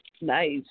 Nice